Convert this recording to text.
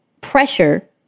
pressure